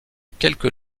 quelques